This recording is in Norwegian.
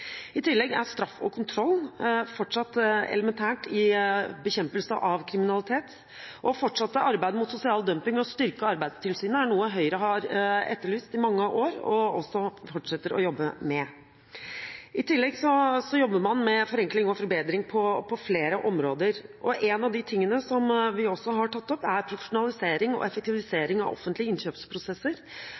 I tillegg er straff og kontroll fortsatt elementært i bekjempelse av kriminalitet, og fortsatt arbeid mot sosial dumping og styrking av Arbeidstilsynet er noe Høyre har etterlyst i mange år og fortsetter å jobbe med. I tillegg jobber man med forenkling og forbedring på flere områder, og en av de tingene som vi også har tatt opp, er profesjonalisering og effektivisering av offentlige innkjøpsprosesser,